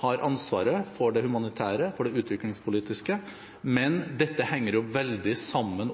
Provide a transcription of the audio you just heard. har ansvaret for det humanitære, for det utviklingspolitiske, men dette henger jo også veldig sammen